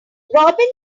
robin